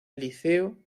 liceo